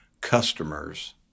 customers